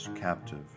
captive